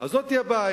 אז זאת הבעיה.